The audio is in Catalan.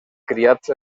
criats